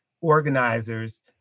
organizers